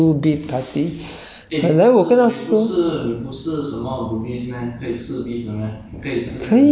double beef two beefs uh two beef patty 本来我跟他说